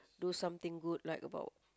do something good like about